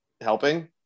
helping